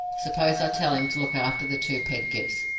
suppose i tell him to look after the two pedgifts,